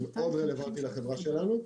זה מאוד רלוונטי לחברה שלנו.